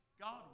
God